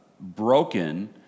broken